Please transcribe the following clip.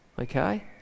okay